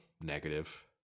Negative